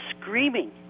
screaming